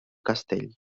castell